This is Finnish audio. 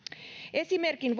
esimerkin